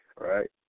Right